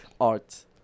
Art